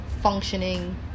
functioning